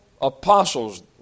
apostles